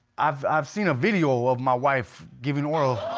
i've i've seen a video of my wife giving oral.